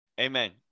Amen